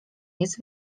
jest